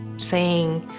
saying,